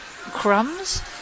Crumbs